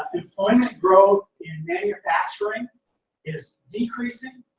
employment growth manufacturing is decreasing,